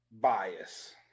Bias